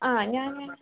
ആ ഞാനെ